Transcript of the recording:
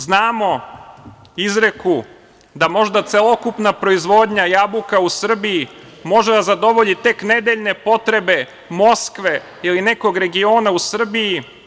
Znamo izreku da možda celokupna proizvodnja jabuka u Srbiji može da zadovolji tek nedeljne potrebe Moskve ili nekog regiona u Rusiji.